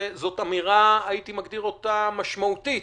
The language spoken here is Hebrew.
זאת אמירה, הייתי מגדיר אותה, משמעותית,